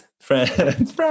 Friends